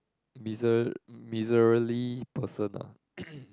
miser~ miserly person ah